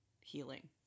healing